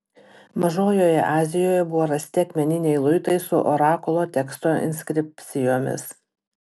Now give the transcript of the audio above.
mažojoje azijoje buvo rasti akmeniniai luitai su orakulo teksto inskripcijomis